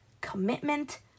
Commitment